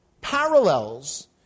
parallels